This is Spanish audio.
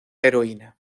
heroína